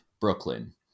brooklyn